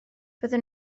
byddwn